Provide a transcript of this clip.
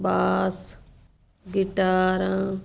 ਬਾਸ ਗਿਟਾਰਾਂ